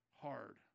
hard